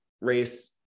race